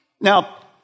Now